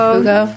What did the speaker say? Hugo